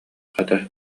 хата